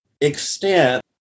extent